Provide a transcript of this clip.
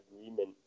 agreement